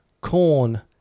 corn